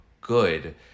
good